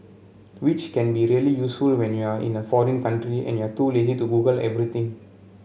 which can be really useful when you're in a foreign country and you're too lazy to Google everything